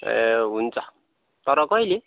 ए हुन्छ तर कहिले